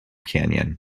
canyon